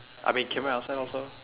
I mean can wear outside also